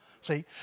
see